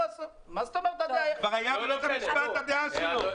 מה זאת אומרת הייתה ידועה?